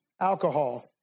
alcohol